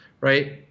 right